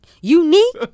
Unique